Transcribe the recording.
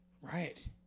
Right